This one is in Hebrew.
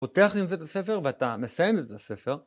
פותח עם זה את הספר ואתה מסיים את הספר.